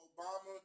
Obama